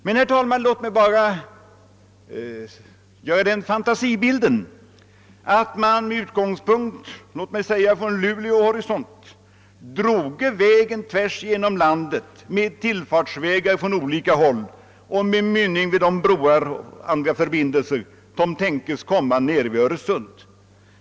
Men, herr talman, låt mig ta den fantasibilden att man från Luleås horisont drog vägen rakt ned igenom landet med tillfarter från olika håll och med mynning vid de broar och andra förbindelser som kan tänkas tillkomma vid Öresund.